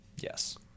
Yes